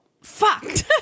Fucked